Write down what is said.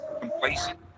complacent